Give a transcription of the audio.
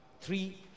three